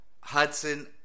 Hudson